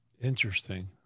interesting